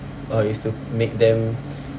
or is to make them